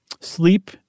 Sleep